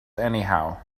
anyhow